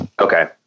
Okay